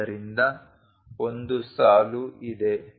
ಆದ್ದರಿಂದ ಒಂದು ಸಾಲು ಇದೆ